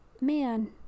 man